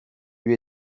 lui